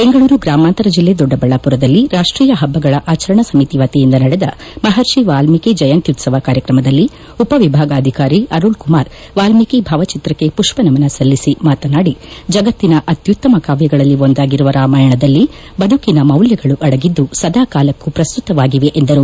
ಬೆಂಗಳೂರು ಗ್ರಾಮಾಂತರ ಜಿಲ್ಲೆ ದೊಡ್ಡಬಳ್ಳಾಪುರದಲ್ಲಿ ರಾಷ್ಷೀಯ ಪಭ್ವಗಳ ಆಚರಣಾ ಸಮಿತಿ ವತಿಯಿಂದ ನಡೆದ ಮಪರ್ಷಿ ವಾಲ್ಮೀಕಿ ಜಯಂತ್ಯುತ್ಲವ ಕಾರ್ತಕಮದಲ್ಲಿ ಉಪವಿಭಾಗಾಧಿಕಾರಿ ಅರುಳ್ ಕುಮಾರ್ ವಾಲ್ಮೀಕಿ ಭಾವಚಿತ್ರಕ್ಕೆ ಮಪ್ಪನಮನ ಸಲ್ಲಿಸಿ ಮಾತನಾಡಿ ಜಗತ್ತಿನ ಅತ್ಯುತ್ತಮ ಕಾವ್ಯಗಳಲ್ಲಿ ಒಂದಾಗಿರುವ ರಾಮಾಯಣದಲ್ಲಿ ಬದುಕಿನ ಮೌಲ್ಯಗಳು ಅಡಗಿದ್ದು ಸದಾಕಾಲಕ್ಕೂ ಪ್ರಸ್ತುತವಾಗಿವೆ ಎಂದರು